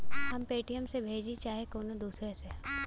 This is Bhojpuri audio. हम पेटीएम से भेजीं चाहे कउनो दूसरे से